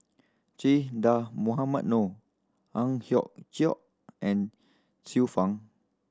Che Dah Mohamed Noor Ang Hiong Chiok and Xiu Fang